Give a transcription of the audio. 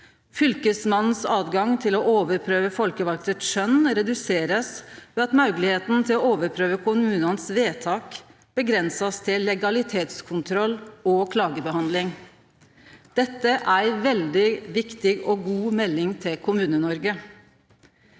Fylkesmannens tilgjenge til å overprøve folkevaldes skjønn blir redusert ved at moglegheita til å overprøve kommunanes avgjerder blir avgrensa til legalitetskontroll og klagebehandling. Dette er ei veldig viktig og god melding til KommuneNoreg.